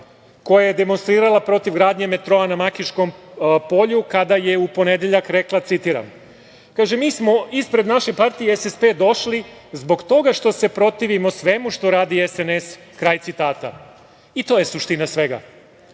koja je demonstrirala protiv gradnje metroa na Makiškom polju kada je u ponedeljak rekla, citiram: „Mi smo ispred naše partije SSP došli zbog toga što se protivimo svemu što radi SNS“, kraj citata.I to je suština svega.